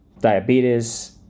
diabetes